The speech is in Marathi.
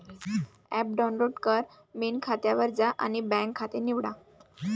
ॲप डाउनलोड कर, मेन खात्यावर जा आणि बँक खाते निवडा